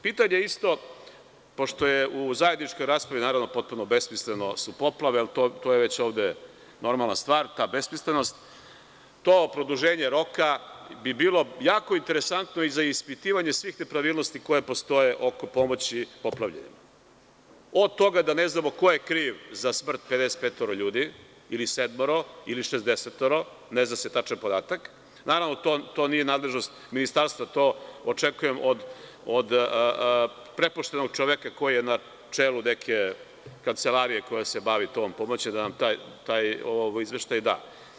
Pitanje isto, pošto su u zajedničkoj raspravi, naravno, potpuno besmisleno, poplave, ali to je već ovde normalna stvar, ta besmislenost, to produženje roka bi bilo jako interesantno i za ispitivanje svih nepravilnosti koje postoje oko pomoći poplavljenima, od toga da ne znamo ko je kriv za smrt 55 ljudi, ili 57, ili 60, ne zna se tačan podatak, naravno, to nije nadležnost Ministarstva, to očekujem od prepoštenog čoveka koji je na čelu neke kancelarije koja se bavi tom pomoći, da nam taj izveštaj da.